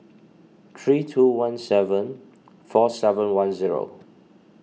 three two one seven four seven one zero